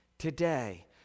today